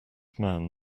man